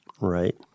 Right